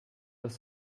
das